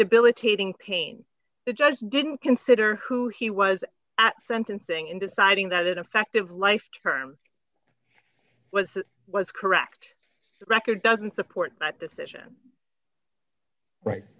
debilitating pain the judge didn't consider who he was at sentencing in deciding that an affective life term was was correct record doesn't support that decision right